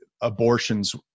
abortions